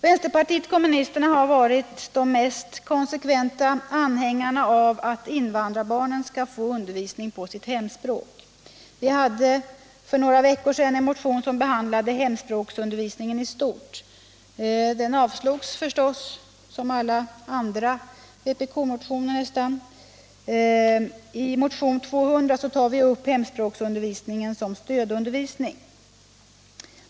Vänsterpartiet kommunisterna har varit de mest konsekventa anhängarna av att invandrarbarnen skall få undervisning på sitt hemspråk. Vi hade för några veckor sedan en motion som behandlade hemspråksundervisningen i stort. Den avslogs naturligtvis, som nästan alla andra vpkmotioner. Motion 1976/77:200 tar upp hemspråksundervisningen som stödundervisning.